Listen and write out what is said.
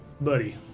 Buddy